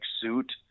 suit